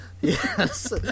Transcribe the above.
Yes